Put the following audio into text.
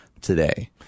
today